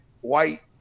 white